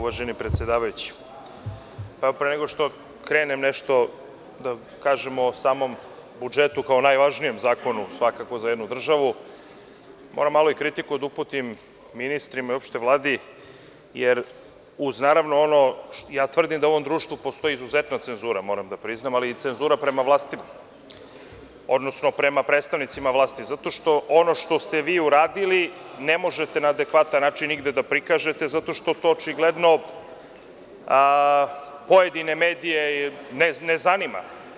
Pre nego što krenem nešto da kažem o samom budžetu kao najvažnijem zakonu za jednu državu, moram malu kritiku da uputim ministrima uopšte i Vladi, uz naravno ono, ja tvrdim da u ovom društvu postoji izuzetna cenzura, moram da priznam, ali i cenzura prema vlasti, odnosno prema predstavnicima vlasti, zato što ono što ste vi uradili ne možete na adekvatan način nigde da prikažete, zato što to očigledno pojedine medije ne zanima.